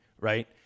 Right